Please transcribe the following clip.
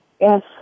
Yes